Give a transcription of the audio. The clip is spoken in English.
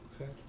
Okay